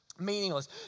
meaningless